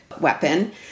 weapon